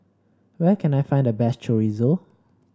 where can I find the best Chorizo